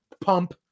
pump